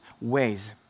ways